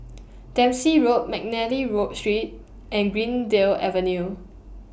Dempsey Road Mcnally Road Street and Greendale Avenue